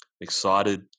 excited